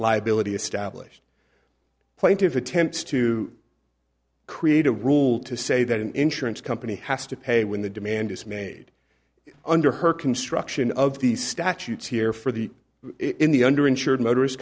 liability established plaintiff attempts to create a rule to say that an insurance company has to pay when the demand is made under her construction of the statutes here for the in the under insured motorists